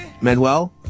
Manuel